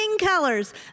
colors